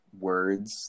words